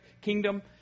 kingdom